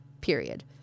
period